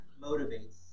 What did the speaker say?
motivates